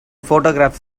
photographs